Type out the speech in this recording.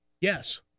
yes